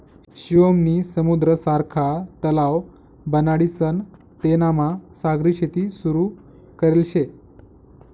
शिवम नी समुद्र सारखा तलाव बनाडीसन तेनामा सागरी शेती सुरू करेल शे